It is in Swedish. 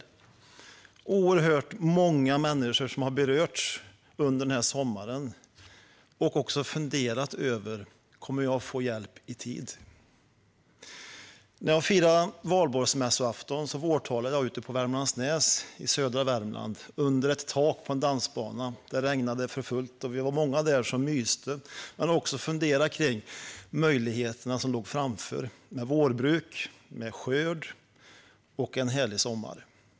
Det är oerhört många människor som har berörts under den här sommaren och som har fått fundera på om de kommer att få hjälp i tid. På valborgsmässoafton vårtalade jag på Värmlandsnäs i södra Värmland, under ett tak på en dansbana. Det regnade för fullt, och vi var många där som myste och också funderade på de möjligheter som låg framför oss. Det var vårbruk, skörd och en härlig sommar.